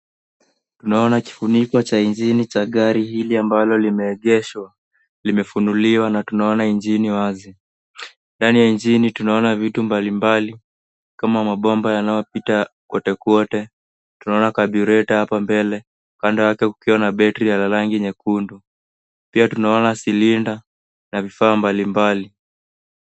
Tunaona kifuniko cha injini cha gari hili ambalo limeegeshwa limefunuliwa, na tunaona injini wazi. Ndani ya injini tunaona vitu mbalimbali, kama mabomba yanayopita kwote kwote, tunaona kabureta hapa mbele, kando yake kukiwa na betri ya rangi nyekundu. Pia tunaona silinda na vifaa mbalimbali.